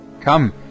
Come